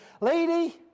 lady